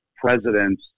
presidents